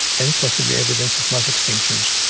and possibly evidence of mass extinctions.